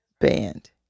Band